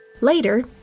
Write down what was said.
Later